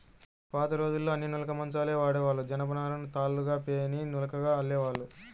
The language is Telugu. పాతరోజుల్లో అన్నీ నులక మంచాలే వాడేవాళ్ళు, జనపనారను తాళ్ళుగా పేని నులకగా అల్లేవాళ్ళు